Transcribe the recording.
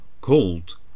called